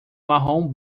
marrom